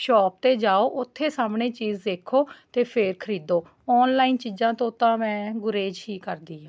shop 'ਤੇ ਜਾਉ ਉੱਥੇ ਸਾਹਮਣੇ ਚੀਜ਼ ਦੇਖੋ ਅਤੇ ਫਿਰ ਖਰੀਦੋ ਆਨਲਾਈਨ ਚੀਜ਼ਾਂ ਤੋਂ ਤਾਂ ਮੈਂ ਗੁਰੇਜ਼ ਹੀ ਕਰਦੀ ਹਾਂ